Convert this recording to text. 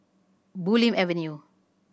Bulim Avenue